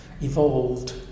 evolved